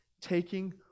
taking